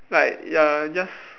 like ya just